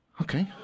Okay